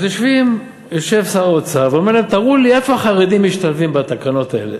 אז יושב שר האוצר ואומר להם: תראו לי איפה החרדים משתלבים בתקנות האלה.